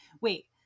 wait